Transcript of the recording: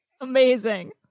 Amazing